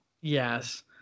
yes